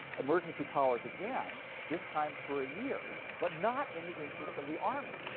emergency powers again, this time for a year, but not in the interests of the army.